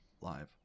live